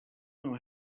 know